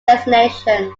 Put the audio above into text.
destinations